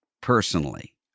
personally